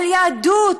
על יהדות,